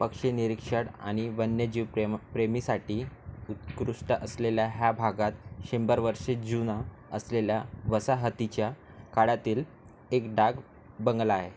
पक्षी निरीक्षट आणि वन्यजीव प्रेम प्रेमीसाठी उत्कृष्ट असलेल्या ह्या भागात शंभर वर्षे जुना असलेला वसाहतीच्या काळातील एक डाक बंगला आहे